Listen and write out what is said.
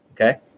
Okay